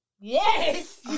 Yes